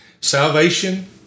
Salvation